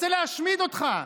רוצה להשמיד אותך,